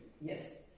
Yes